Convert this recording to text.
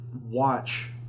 watch